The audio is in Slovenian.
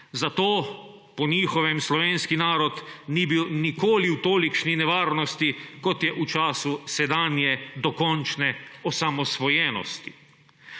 Zato, po njihovem, slovenski narod ni bilo nikoli v tolikšni nevarnosti, kot je v času sedanje dokončne osamosvojenosti.